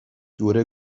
دوره